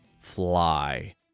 fly